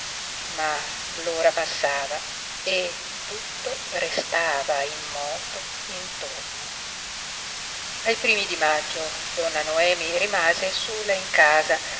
ma l'ora passava e tutto restava immoto intorno ai primi di maggio donna noemi rimase sola in casa